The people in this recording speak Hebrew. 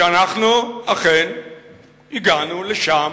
שאנחנו אכן הגענו לשם